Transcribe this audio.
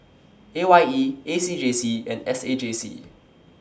A Y E A C J C and S A J C